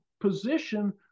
position